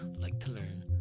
like-to-learn